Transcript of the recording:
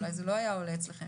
אולי זה לא היה עולה אצלכם.